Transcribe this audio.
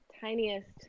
tiniest